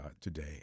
today